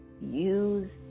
Use